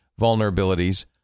vulnerabilities